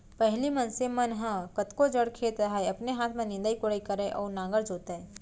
पहिली मनसे मन ह कतको जड़ खेत रहय अपने हाथ में निंदई कोड़ई करय अउ नांगर जोतय